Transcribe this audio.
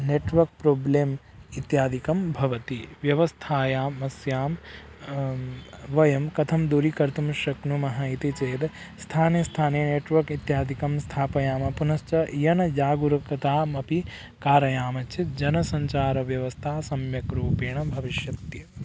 network problem इत्यादिकं भवति व्यवस्थायाम् अस्यां वयं कथं दूरीकर्तुं शक्नुमः इति चेद् स्थाने स्थाने नेट्वर्क् इत्यादिकं स्थापयामः पुनश्च इमां जागुरुकताम् अपि कारयामः चेत् जनसञ्चारव्यवस्था सम्यग्रूपेण भविष्यत्येव